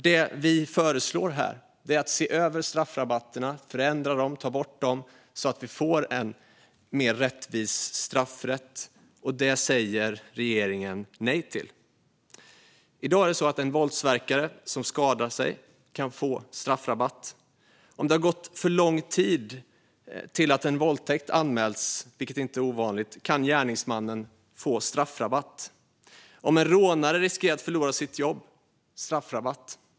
Det vi föreslår är att straffrabatterna ses över, förändras eller tas bort så att vi får en mer rättvis straffrätt, men detta säger regeringen nej till. I dag kan en våldsverkare som skadar sig få straffrabatt. Om det går lång tid innan en våldtäkt anmäls, vilket inte är ovanligt, kan gärningsmannen få straffrabatt. Om en rånare riskerar att förlora sitt jobb kan det bli straffrabatt.